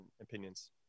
opinions